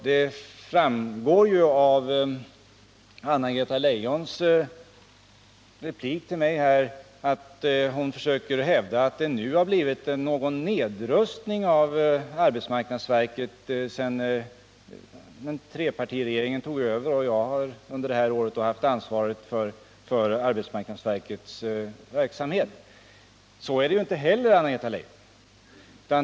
Det framgår av Anna-Greta Leijons replik till mig att hon försöker hävda att det har skett en nedrustning av arbetsmarknadsverket sedan trepartiregeringen tog över och under detta år som jag haft ansvaret för arbetsmarknadsverkets verksamhet. Så är det inte, Anna-Greta Leijon.